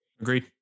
Agreed